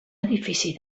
edifici